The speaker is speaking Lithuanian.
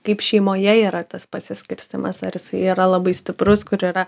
kaip šeimoje yra tas pasiskirstymas ar jisai yra labai stiprus kur yra